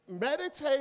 meditate